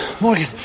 morgan